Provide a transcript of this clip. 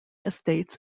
estates